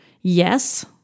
Yes